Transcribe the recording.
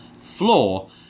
floor